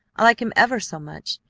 i like him ever so much,